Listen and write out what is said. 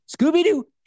Scooby-Doo